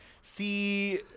See